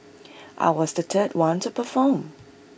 I was the third one to perform